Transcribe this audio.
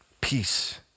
peace